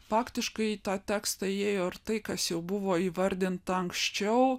faktiškai į tą tekstą ėjo ir tai kas jau buvo įvardinta anksčiau